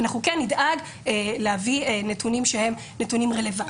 ואנחנו כן נדאג להביא נתונים רלוונטיים.